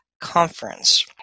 conference